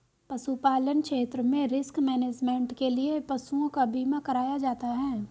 पशुपालन क्षेत्र में रिस्क मैनेजमेंट के लिए पशुओं का बीमा कराया जाता है